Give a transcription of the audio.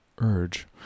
urge